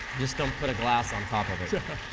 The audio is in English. just don't put a glass on top of it.